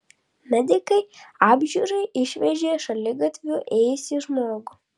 medikai apžiūrai išvežė šaligatviu ėjusį žmogų